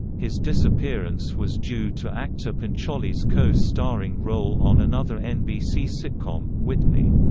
his disappearance was due to actor pancholy's co-starring role on another nbc sitcom, whitney.